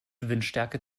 windstärke